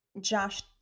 Josh